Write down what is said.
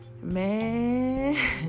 Man